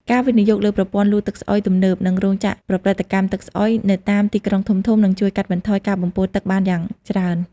ការវិនិយោគលើប្រព័ន្ធលូទឹកស្អុយទំនើប និងរោងចក្រប្រព្រឹត្តកម្មទឹកស្អុយនៅតាមទីក្រុងធំៗ នឹងជួយកាត់បន្ថយការបំពុលទឹកបានយ៉ាងច្រើន។